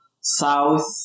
south